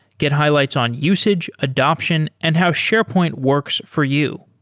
get highlights on usage, adaption and how sharepoint works for you.